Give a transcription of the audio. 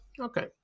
Okay